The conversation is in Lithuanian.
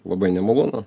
labai nemalonu